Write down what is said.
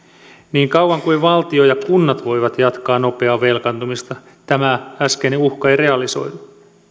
niin kauan kuin valtio ja kunnat voivat jatkaa nopeaa velkaantumista tämä äskeinen uhka ei realisoidu